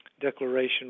declaration